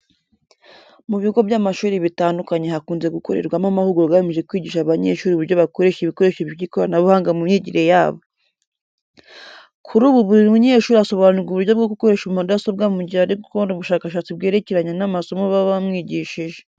Mu bigo by'amashuri bitandukanye hakunze gukorerwamo amahugurwa agamije kwigisha abanyeshuri uburyo bakoresha ibikoresho by'ikoranabuhanga mu myigire yabo. Kuri ubu buri munyeshuri asobanurirwa uburyo bwo gukoresha mudasobwa mu gihe ari gukora ubushakashatsi bwerekeranye n'amasomo baba bamwigishije.